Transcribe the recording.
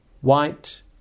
white